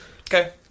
Okay